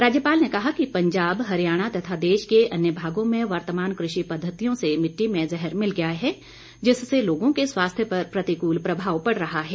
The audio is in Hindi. राज्यपाल ने कहा कि पंजाब हरियाणा तथा देश के अन्य भागों में वर्तमान कृषि पद्वतियों से मिट्टी में जहर मिल गया है जिससे लोगों के स्वास्थ्य पर प्रतिकूल प्रभाव पड़ रहा है